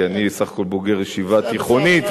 כי אני סך הכול בוגר ישיבה תיכונית,